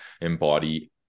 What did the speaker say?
embody